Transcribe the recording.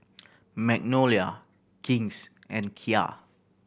Magnolia King's and Kia